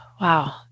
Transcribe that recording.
Wow